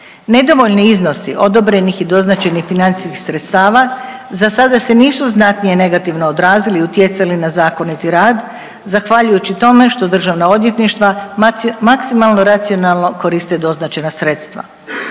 Nedovoljni iznosi odobrenih i doznačenih financijskih sredstava za sada se nisu znatnije negativno odrazili, utjecali na zakoniti rad zahvaljujući tome što Državna odvjetništva maksimalno racionalno koriste doznačena sredstva.